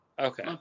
Okay